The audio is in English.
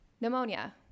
pneumonia